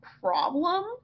problem